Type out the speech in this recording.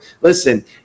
listen